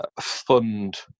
fund